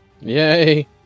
Yay